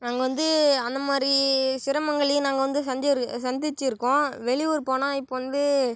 நாங்கள் வந்து அந்த மாதிரி சிரமங்களையும் நாங்கள் வந்து சந்து சந்துச்சுருக்கோம் வெளி ஊர் போனால் இப்போது வந்து